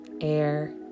air